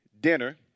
dinner